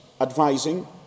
advising